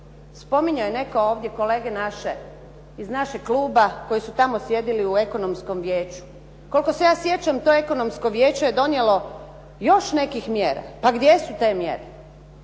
Spominjao je netko ovdje, kolege naše iz našeg kluba koji su tamo sjedili u ekonomskom vijeću. Koliko se ja sjećam to ekonomsko vijeće je donijelo još nekih mjera, pa gdje su te mjere.